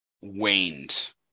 waned